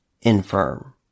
infirm